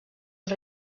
els